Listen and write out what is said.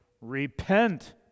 Repent